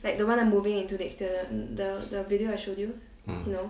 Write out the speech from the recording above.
mm